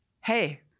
Hey